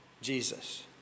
Jesus